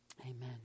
Amen